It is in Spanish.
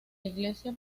iglesia